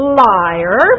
liar